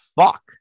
Fuck